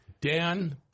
Dan